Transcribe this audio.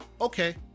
Okay